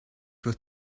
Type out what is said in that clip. with